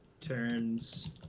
turns